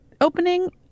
opening